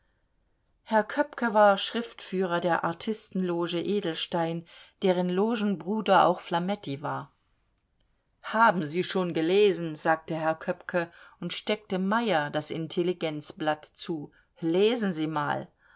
herr köppke war schriftführer der artistenloge edelstein deren logenbruder auch flametti war haben sie schon gelesen sagte herr köppke und steckte meyer das intelligenzblatt zu lesen sie mal